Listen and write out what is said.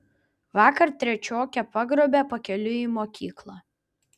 vakar trečiokę pagrobė pakeliui į mokyklą